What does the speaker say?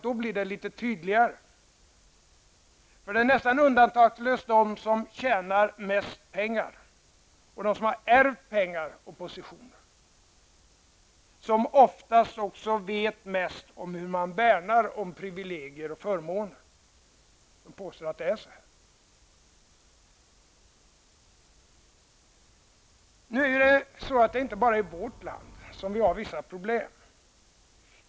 Då blir det litet tydligare. Det är nästan undantagslöst de som tjänar mest pengar och som har ärvt pengar och position som också vet mest om hur man värnar om privilegier och förmåner. Jag påstår att det är så. Nu är det inte bara vårt land som har vissa problem.